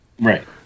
Right